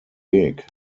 weg